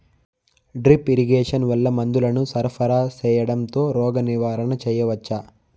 Drip irrigation వల్ల మందులను సరఫరా సేయడం తో రోగ నివారణ చేయవచ్చా?